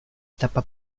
etapa